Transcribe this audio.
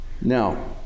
Now